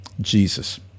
Jesus